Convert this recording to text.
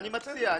אני מציע.